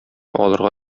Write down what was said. алырга